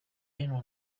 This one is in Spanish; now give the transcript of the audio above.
reino